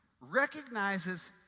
recognizes